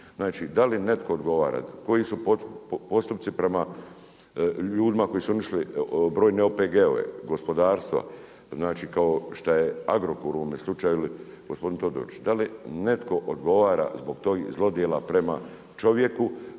Znači, da li netko odgovara? Koji su postupci prema ljudima koji su uništili mnoge OPG-ove, gospodarstva? Znači kao što je Agrokor u ovome slučaju ili gospodin Todorić. Da li netko odgovara zbog tog zlodjela prema čovjeku,